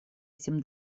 этим